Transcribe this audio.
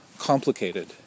complicated